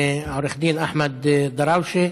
עו"ד אחמד דראושה,